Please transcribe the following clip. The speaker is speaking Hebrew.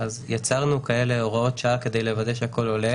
יצרנו הוראות שעה כדי לוודא שהכול עולה.